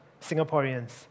Singaporeans